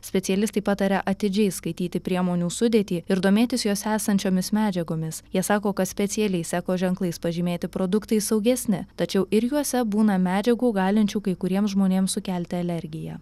specialistai pataria atidžiai skaityti priemonių sudėtį ir domėtis jose esančiomis medžiagomis jie sako kad specialiais eko ženklais pažymėti produktai saugesni tačiau ir juose būna medžiagų galinčių kai kuriems žmonėms sukelti alergiją